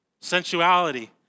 Sensuality